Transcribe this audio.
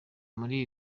muri